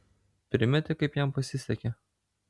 primeti kaip jam pasisekė